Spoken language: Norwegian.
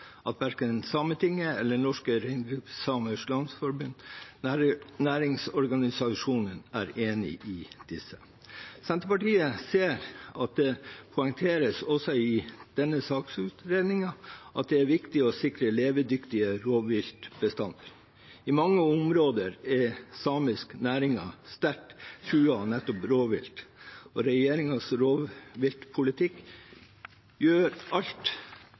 at verken Sametinget eller Norske Reindriftsamers Landsforbund, næringsorganisasjonen, er enig i disse. Senterpartiet ser at det poengteres også i denne saksutredningen at det er viktig å sikre levedyktige rovviltbestander. I mange områder er samiske næringer sterkt truet av nettopp rovvilt, og regjeringens rovviltpolitikk gjør alt